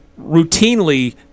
routinely